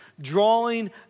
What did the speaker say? drawing